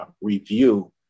review